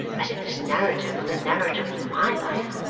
as if this narrative were the narrative of my life!